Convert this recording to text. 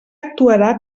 actuarà